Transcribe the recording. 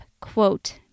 quote